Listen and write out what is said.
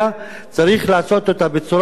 צריך לעשות אותה בצורה חכמה,